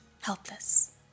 helpless